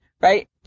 right